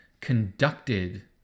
conducted